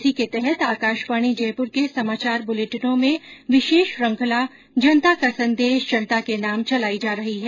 इसी के तहत आकाशवाणी जयपुर के समाचार बुलेटिनों में विशेष श्रृंखला जनता का संदेश जनता के नाम चलाई जा रही है